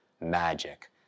magic